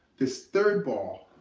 this third ball,